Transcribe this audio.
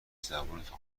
زبونتو